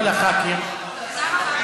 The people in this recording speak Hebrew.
לכל חברי הכנסת,